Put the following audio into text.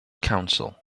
council